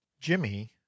Jimmy